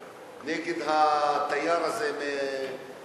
בירושלים נגד התייר הזה מדרום-אמריקה.